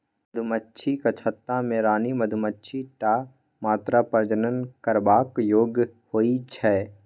मधुमाछीक छत्ता मे रानी मधुमाछी टा मात्र प्रजनन करबाक योग्य होइ छै